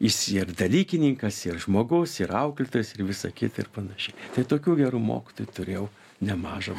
jis ir dalykininkas ir žmogus ir auklėtojas ir visa kita ir panašiai tai tokių gerų mokytojų turėjau nemaža